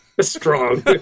Strong